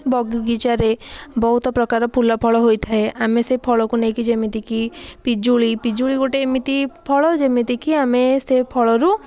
ବଗିଚାରେ ବହୁତ ପ୍ରକାର ଫୁଲ ଫଳ ହୋଇଥାଏ ଆମେ ସେ ଫଳକୁ ନେଇକି ଯେମିତିକି ପିଜୁଳି ପିଜୁଳି ଗୋଟେ ଏମିତି ଫଳ ଯେମିତିକି ଆମେ ସେ ଫଳରୁ